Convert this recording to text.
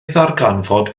ddarganfod